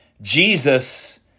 Jesus